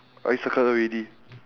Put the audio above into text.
I circle already